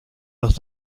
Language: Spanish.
los